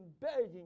begging